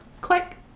click